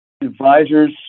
advisors